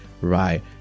right